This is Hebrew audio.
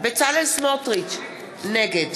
בצלאל סמוטריץ, נגד